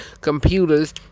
computers